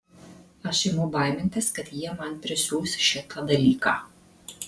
aš imu baimintis kad jie man prisiūs šitą dalyką